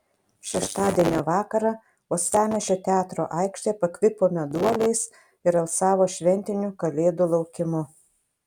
šeštadienio vakarą uostamiesčio teatro aikštė pakvipo meduoliais ir alsavo šventiniu kalėdų laukimu